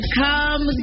come